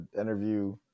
interview